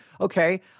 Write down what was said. Okay